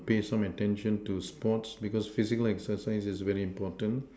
pay some attention to sports because physical exercise is very important